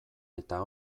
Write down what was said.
eta